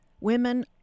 women